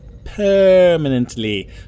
PERMANENTLY